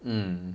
mm